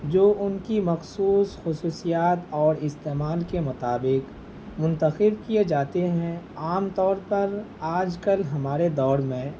جو ان کی مخصوص خصوصیات اور استعمال کے مطابق منتخب کیے جاتے ہیں عام طور پر آج کل ہمارے دور میں